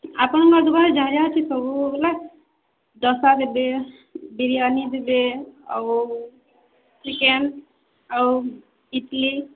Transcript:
ଆପଣଙ୍କର୍ ଦୁକାନେ ଯାହା ଯାହା ଅଛେ ସବୁ ବେଲେ ଦୋସା ଦେବେ ବିରିୟାନି ଦେବେ ଆଉ ଚିକେନ୍ ଆଉ ଇଟ୍ଲି